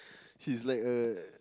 she's like a